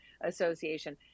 Association